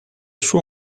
suo